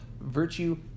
virtue